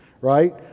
Right